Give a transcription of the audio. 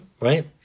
right